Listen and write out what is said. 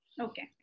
Okay